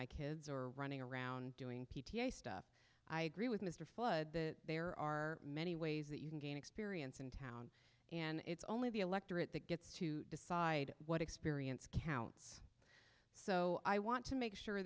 my kids are running around doing p t a stuff i agree with mr flood that there are many ways that you can gain experience in town and it's only the electorate that gets to decide what experience counts so i want to make sure